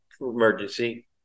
Emergency